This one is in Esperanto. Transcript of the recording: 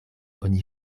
oni